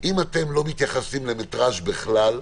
אם אתם לא מתייחסים למטראז' בכלל,